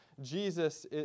Jesus